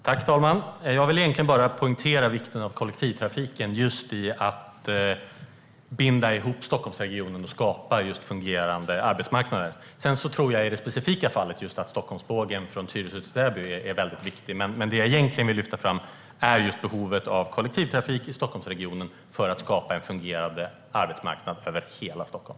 Herr talman! Jag vill bara poängtera vikten av kollektivtrafiken just när det gäller att binda ihop Stockholmsregionen och skapa fungerande arbetsmarknader. Sedan tror jag i det specifika fallet att Stockholmsbågen från Tyresö till Täby är väldigt viktig. Men det jag egentligen vill lyfta fram är just behovet av kollektivtrafik i Stockholmsregionen för att skapa en fungerande arbetsmarknad över hela Stockholm.